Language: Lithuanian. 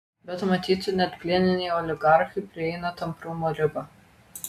bet matyt net plieniniai oligarchai prieina tamprumo ribą